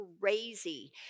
crazy